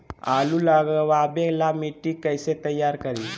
आलु लगावे ला मिट्टी कैसे तैयार करी?